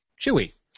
chewy